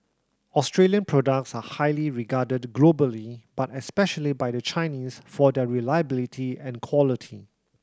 Australian products are highly regarded globally but especially by the Chinese for their reliability and quality